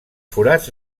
forats